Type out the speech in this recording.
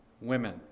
women